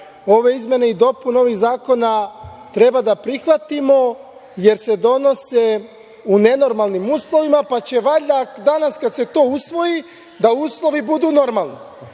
ove izmene i dopune ovih zakona treba da prihvatimo, jer se donose u nenormalnim uslovima, pa će valjda danas kad se to usvoji da uslovi budu normalni.